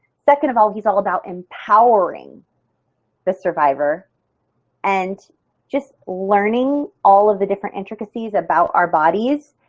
second of all, he's all about empowering the survivor and just learning all of the different intricacies about our bodies,